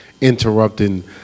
interrupting